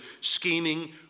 scheming